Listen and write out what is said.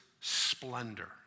splendor